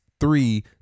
Three